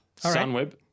Sunweb